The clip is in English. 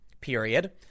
period